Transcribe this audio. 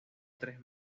tres